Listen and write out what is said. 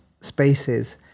spaces